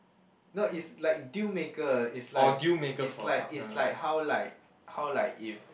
no it's like deal maker it's like it's like it's like how like how like if